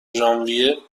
ژانویه